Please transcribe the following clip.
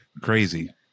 crazy